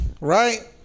right